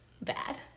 bad